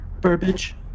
Burbage